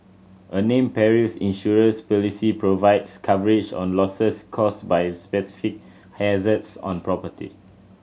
a named perils insurance policy provides coverage on losses caused by specific hazards on property